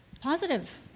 Positive